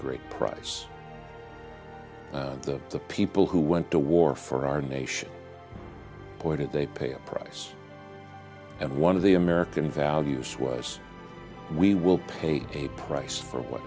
great price to the people who went to war for our nation pointed they pay a price and one of the american values was we will pay a price for what